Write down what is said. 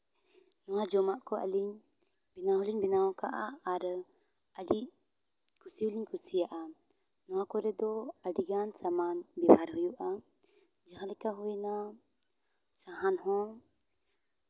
ᱱᱚᱣᱟ ᱡᱚᱟᱢᱜ ᱠᱚ ᱟᱹᱞᱤᱧ ᱵᱮᱱᱟᱣ ᱦᱚᱸ ᱞᱤᱧ ᱵᱮᱱᱟᱣ ᱟᱠᱟᱜᱼᱟ ᱟᱨ ᱟᱹᱰᱤ ᱠᱩᱥᱤ ᱦᱚᱸ ᱞᱤᱧ ᱠᱩᱥᱤᱭᱟᱜᱼᱟ ᱱᱚᱣᱟ ᱠᱚᱨᱮ ᱫᱚ ᱟᱹᱰᱤ ᱜᱟᱱ ᱥᱟᱢᱟᱱ ᱵᱮᱣᱦᱟᱨ ᱦᱩᱭᱩᱜᱼᱟ ᱡᱟᱦᱟᱸ ᱞᱮᱠᱟ ᱦᱩᱭᱱᱟ ᱥᱟᱦᱟᱱ ᱦᱚᱸ